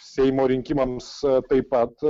seimo rinkimams taip pat